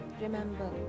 remember